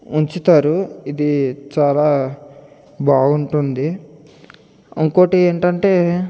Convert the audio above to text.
ఉంచుతారు ఇది చాలా బాగుంటుంది ఇంకోటి ఏంటంటే